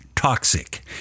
Toxic